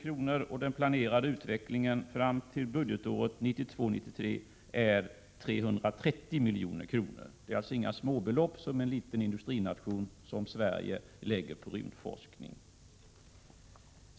Enligt den planerade utvecklingen fram till budgetåret 1992/93 blir anslaget 330 miljoner. Det är alltså inga småbelopp som en liten industrination som Sverige lägger på rymdforskning.